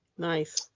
Nice